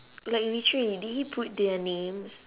like literally did he put their names